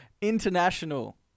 international